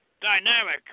dynamic